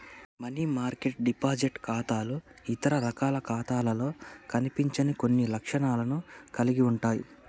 money market deposit ఖాతాలు ఇతర రకాల ఖాతాలలో కనిపించని కొన్ని లక్షణాలను కలిగి ఉంటయ్